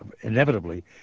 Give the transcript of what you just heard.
inevitably